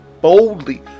boldly